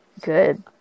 good